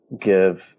give